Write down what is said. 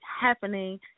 happening